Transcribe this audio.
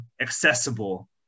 accessible